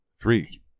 Three